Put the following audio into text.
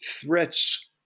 threats